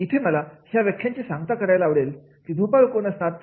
इथे मला ह्या व्याख्यानाची सांगता करायला आवडेल झोपाळू कोण असतात